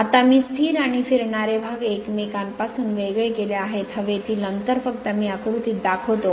आता मी स्थिर आणि फिरणारे भाग एकमेकांपासून वेगळे केले आहेत हवेतील अंतर फक्त मी आकृतीत दाखवितो